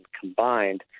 combined